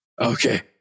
Okay